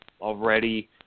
already